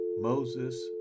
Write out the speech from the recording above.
moses